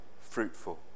fruitful